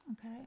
Okay